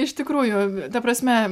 iš tikrųjų ta prasme